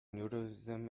nudism